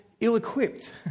ill-equipped